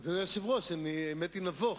אדוני היושב-ראש, אני, האמת, נבוך.